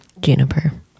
juniper